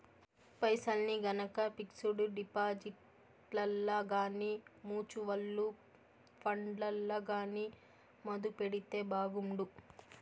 పైసల్ని గనక పిక్సుడు డిపాజిట్లల్ల గానీ, మూచువల్లు ఫండ్లల్ల గానీ మదుపెడితే బాగుండు